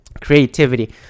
creativity